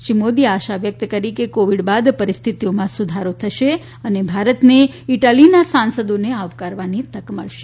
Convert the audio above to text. શ્રી મોદીએ આશા વ્યક્ત કરી કે કોવિડ બાદ પરિસ્થિતિઓમાં સુધારો થશે અને ભારતને ઇટાલીના સાંસદોને આવકારવાની તક મળશે